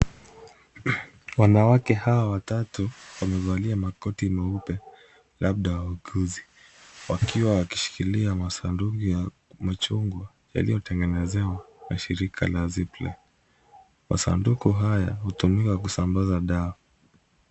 Wanawake hawa watatu wamevalia makoti meupe labda wauguzi. Wakiwa wakishikilia masanduku ya machungwa yaliyo tengenezewa na shirika la zipline. Masanduku haya hutumiwa kusambaza dawa.